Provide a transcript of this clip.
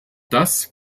das